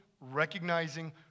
recognizing